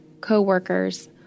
co-workers